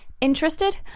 Interested